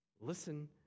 Listen